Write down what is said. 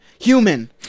Human